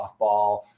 softball